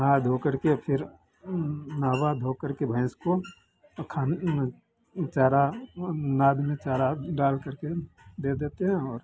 नहा धो करके फिर नहवा धो करके भैँस को खा चारा नाद में चारा डाल करके दे देते हैं और